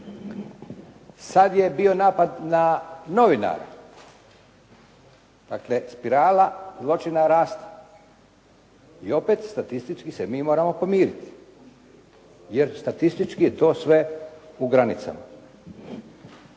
Sada je bio napad na novinara. Dakle spirala zločina raste i opet statistički se mi moramo pomiriti. Jer statistički je to sve u granicama.